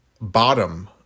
bottom